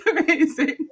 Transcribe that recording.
amazing